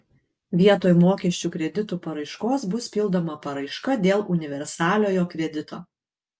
vietoj mokesčių kreditų paraiškos bus pildoma paraiška dėl universaliojo kredito